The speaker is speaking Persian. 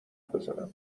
بزنم